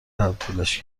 تبدیلش